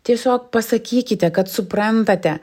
tiesiog pasakykite kad suprantate